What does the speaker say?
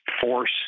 force